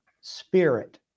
spirit